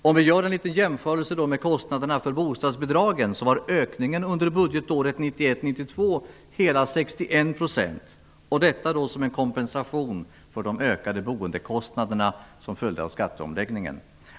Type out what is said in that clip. Om vi gör en liten jämförelse med kostnaderna för bostadsbidragen, finner vi att ökningen under budgetåret 1991/92 var hela 61 %-- detta såsom en kompensation för de ökade boendekostnader som följde av skatteomläggningen.